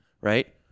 right